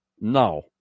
now